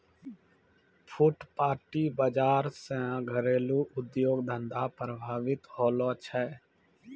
फुटपाटी बाजार से घरेलू उद्योग धंधा प्रभावित होलो छै